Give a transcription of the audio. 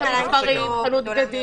בדיוק, חנות נעליים, ספרים, חנות בגדים.